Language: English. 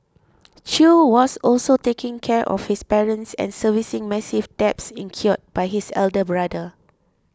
Chew was also taking care of his parents and servicing massive debts incurred by his elder brother